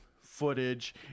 footage